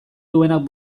duenak